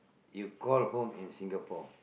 you call home in Singapore